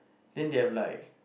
then they have like